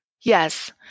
Yes